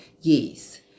Yes